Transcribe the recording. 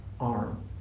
arm